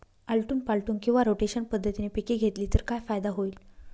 आलटून पालटून किंवा रोटेशन पद्धतीने पिके घेतली तर काय फायदा होईल?